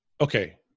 Okay